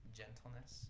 gentleness